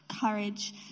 courage